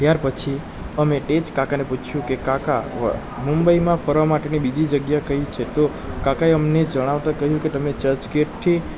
ત્યાર પછી અમે એ જ કાકાને પૂછ્યું કે કાકા મુંબઈમાં ફરવા માટેની બીજી જગ્યા કઈ છે તો કાકા એ અમને જણાવતા કહ્યું કે તમે ચર્ચગેટથી